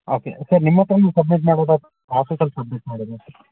okay sir ನಿಮ್ಮ ಹತ್ರನೇ submit ಮಾಡೋದಾ ಅಥವಾ ಆಫೀಸಲ್ಲಿ ಸಬ್ಮಿಟ್ ಮಾಡೋದಾ ಸರ್